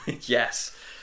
Yes